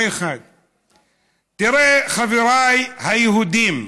זה, 1. תראו, חבריי היהודים,